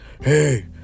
hey